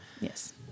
Yes